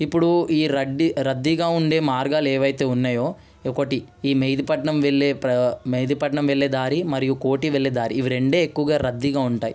ఇప్పుడు ఈ రెడ్డి రద్దీగా ఉండే మార్గాలు ఏవైతే ఉన్నాయో ఒకటి మెహిదీపట్నం వెళ్ళే మెహిదీపట్నం వెళ్ళే దారి మరియు కోటి వెళ్ళే దారి రెండే ఎక్కువగా రద్దీగా ఉంటాయి